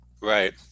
Right